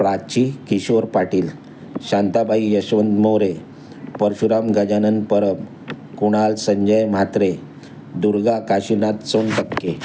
प्राची किशोर पाटील शांताबाई यशवंत मोरे परशुराम गजानन पर कुणाल संजय म्हात्रे दुर्गा काशीनाथ सोनटक्के